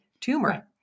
tumor